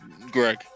Greg